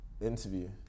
interview